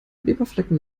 leberflecken